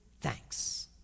thanks